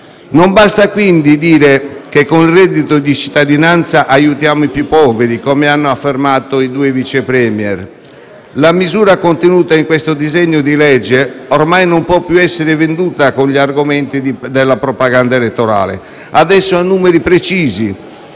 Non basta quindi dire che con il reddito di cittadinanza aiutiamo i poveri, come hanno affermato i due *Vice* *Premier*; la misura contenuta in questo disegno di legge ormai non può più essere venduta con gli argomenti della propaganda elettorale. Adesso ha numeri precisi